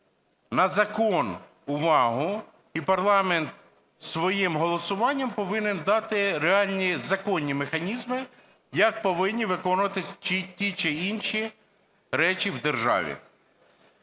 на закон увагу, і парламент своїм голосуванням повинен дати реальні законні механізми, як повинні виконуватись ті чи інші речі в державі.